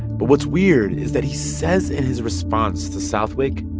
but what's weird is that he says in his response to southwick.